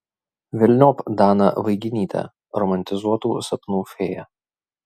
velniop daną vaiginytę romantizuotų sapnų fėją